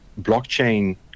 Blockchain